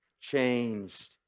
changed